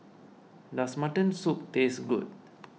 does Mutton Soup taste good